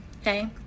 okay